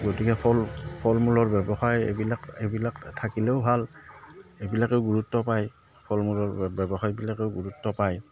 গতিকে ফল ফল মূলৰ ব্যৱসায় এইবিলাক এইবিলাক থাকিলেও ভাল এইবিলাকে গুৰুত্ব পায় ফল মূলৰ ব্যৱসায়বিলাকেও গুৰুত্ব পায়